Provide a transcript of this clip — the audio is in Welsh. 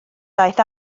daeth